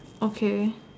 okay